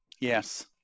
Yes